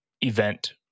event